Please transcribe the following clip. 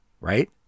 right